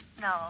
No